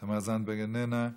תמר זנדברג, איננה,